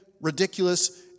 ridiculous